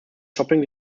shopping